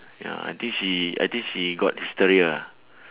ya I think she I think she got disappear ah